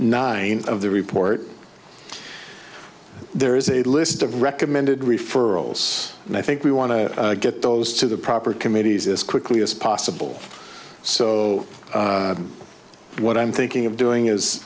nine of the report there is a list of recommended referrals and i think we want to get those to the proper committees as quickly as possible so what i'm thinking of doing is